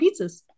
pizzas